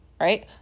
Right